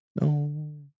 No